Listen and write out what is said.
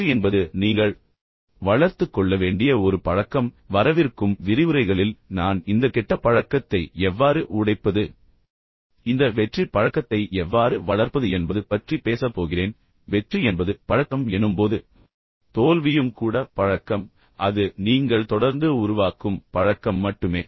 வெற்றி என்பது நீங்கள் வளர்த்துக் கொள்ள வேண்டிய ஒரு பழக்கம் பின்னர் வரவிருக்கும் விரிவுரைகளில் நான் இந்த கெட்ட பழக்கத்தை எவ்வாறு உடைப்பது பின்னர் இந்த வெற்றிப் பழக்கத்தை எவ்வாறு வளர்ப்பது என்பது பற்றி பேசப் போகிறேன் வெற்றி என்பது பழக்கம் என்று நான் கூறும்போது தோல்வியும் கூட பழக்கம் என்பதை நீங்கள் புரிந்து கொள்ள வேண்டும் அது நீங்கள் தொடர்ந்து உருவாக்கும் பழக்கம் மட்டுமே